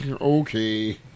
Okay